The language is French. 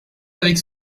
avec